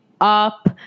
up